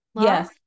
yes